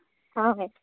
অঁ হয়